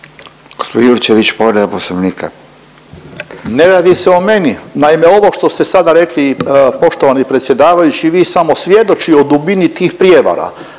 **Jurčević, Josip (Nezavisni)** Ne radi se o meni, naime ovo što ste sad rekli poštovani predsjedavajući vi samo svjedoči o dubini tih prijevara.